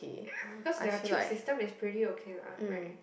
yeah because their tube system is pretty okay lah right